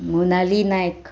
Monali Naik